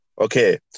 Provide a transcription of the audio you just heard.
Okay